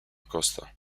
costa